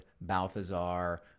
Balthazar